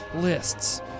lists